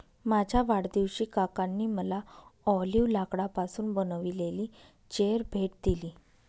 माझ्या वाढदिवशी काकांनी मला ऑलिव्ह लाकडापासून बनविलेली चेअर भेट दिली